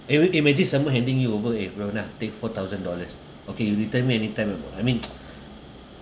have you imagine someone handing you over a grand ah take four thousand dollars okay you return me any time lah bro I mean